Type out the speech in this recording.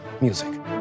music